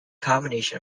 combination